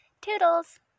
Toodles